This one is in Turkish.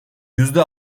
yüzde